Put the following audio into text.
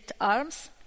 arms